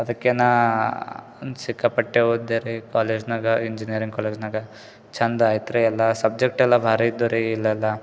ಅದಕ್ಕೆ ನಾ ಸಿಕ್ಕಾಪಟ್ಟೆ ಓದಿದೆ ರೀ ಕಾಲೇಜ್ನಾಗೆ ಇಂಜಿನಿಯರಿಂಗ್ ಕಾಲೇಜ್ನಾಗೆ ಚಂದ ಆಯ್ತ್ ರೀ ಎಲ್ಲ ಸಬ್ಜೆಕ್ಟ್ ಎಲ್ಲ ಭಾರಿ ಇದ್ಧೋರಿ ಇಲ್ಲೆಲ್ಲ